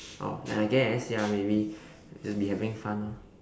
oh then I guess ya maybe we'll just be having fun orh